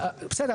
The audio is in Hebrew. בסדר,